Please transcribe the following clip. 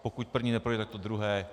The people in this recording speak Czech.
Pokud první neprojde, tak to druhé.